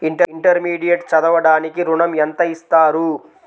Intermediate చదవడానికి ఋణం ఎంత ఇస్తారు?